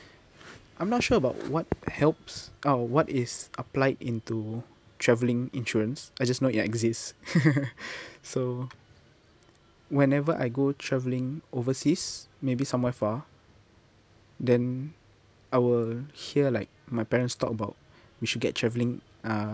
I'm not sure about what helps uh what is applied into travelling insurance I just know it exists so whenever I go travelling overseas maybe somewhere far then I will hear like my parents talk about we should get travelling ah~